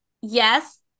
Yes